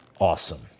Awesome